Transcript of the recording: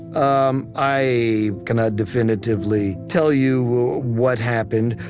um i cannot definitively tell you what happened,